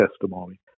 testimony